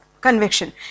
conviction